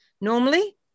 Normally